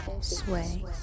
Sway